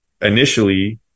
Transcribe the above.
initially